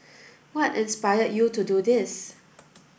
what inspired you to do this